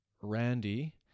Randy